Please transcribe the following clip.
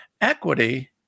equity